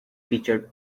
featured